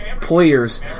players